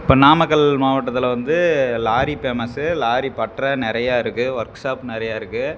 இப்போ நாமக்கல் மாவட்டத்தில் வந்து லாரி பேமஸ்ஸு லாரி பட்டற நிறையா இருக்கு ஒர்க் ஷாப் நிறையா இருக்கு